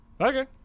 okay